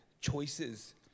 choices